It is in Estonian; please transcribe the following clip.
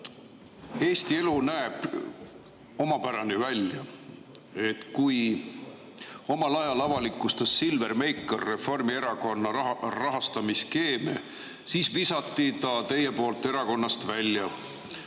Eesti elu näeb omapärane välja. Kui omal ajal avalikustas Silver Meikar Reformierakonna rahastamisskeeme, siis viskasite te ta erakonnast välja,